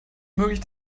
möglich